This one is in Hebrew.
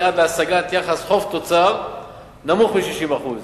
עד להשגת יחס חוב תוצר נמוך מ-60%.